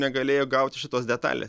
negalėjau gauti šitos detalės